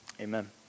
Amen